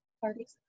parties